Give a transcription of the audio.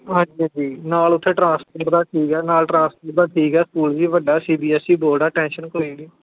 ਹਾਂਜੀ ਹਾਂਜੀ ਨਾਲ ਉੱਥੇ ਟਰਾਂਸਪੋਰਟ ਦਾ ਠੀਕ ਹੈ ਨਾਲ ਟਰਾਂਸਪੋਰਟ ਦਾ ਠੀਕ ਹੈ ਸਕੂਲ ਵੀ ਵੱਡਾ C B S E board ਆ ਟੈਂਸ਼ਨ ਕੋਈ ਨਹੀਂ